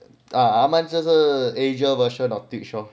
ah ah 他们这是 asia version of twitch lor